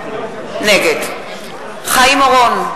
נגד חיים אורון,